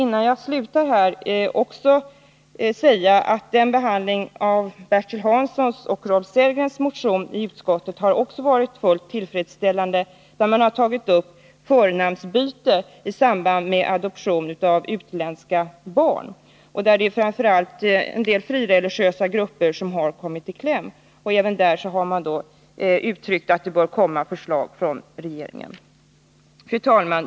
Innan jag slutar mitt anförande vill jag säga att också behandlingen i utskottet av Bertil Hanssons och Rolf Sellgrens motion har varit tillfredsställande. Motionärerna har i motionen tagit upp frågan om förnamnsbyte i samband med adoption av utländska barn och påpekat att framför allt frireligiösa grupper kommit i kläm. Även i det fallet har utskottet uttryckt förhoppningen att det skall komma ett förslag från regeringen. Fru talman!